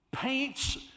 Paints